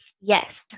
yes